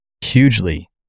hugely